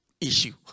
issue